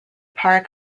park